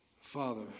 father